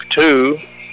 two